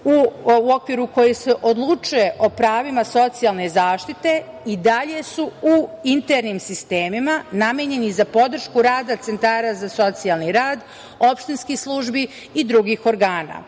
u okviru kojih se odlučuje o pravima socijalne zaštite i dalje su u internim sistemima namenjeni za podršku rada centara za socijalni rad, opštinskih službi i drugih organa.U